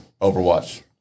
Overwatch